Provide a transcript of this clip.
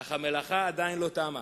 אך המלאכה עדיין לא תמה.